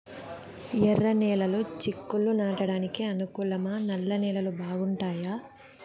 ఎర్రనేలలు చిక్కుళ్లు నాటడానికి అనుకూలమా నల్ల నేలలు బాగుంటాయా